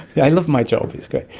i love my job, it's great.